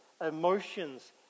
emotions